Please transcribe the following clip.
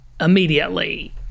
immediately